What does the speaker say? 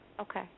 Okay